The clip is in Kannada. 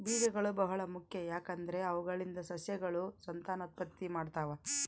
ಬೀಜಗಳು ಬಹಳ ಮುಖ್ಯ, ಯಾಕಂದ್ರೆ ಅವುಗಳಿಂದ ಸಸ್ಯಗಳು ಸಂತಾನೋತ್ಪತ್ತಿ ಮಾಡ್ತಾವ